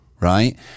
right